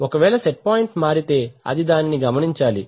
ఒకవేళ set point మారితే అది దానిని గమనించాలి